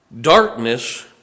Darkness